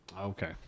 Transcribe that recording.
Okay